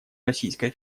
российской